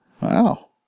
Wow